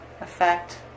effect